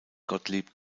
gottlieb